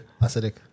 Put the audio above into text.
Acidic